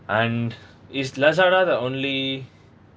and is lazada the only